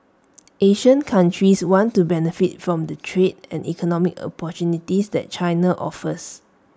Asian countries want to benefit from the trade and economic opportunities that China offers